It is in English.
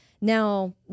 Now